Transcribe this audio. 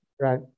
Right